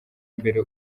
imbere